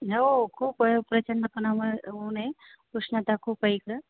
न हो खूप प्रचंड प्रमाणामध्ये ऊन आहे उष्णता खूप आहे इकडं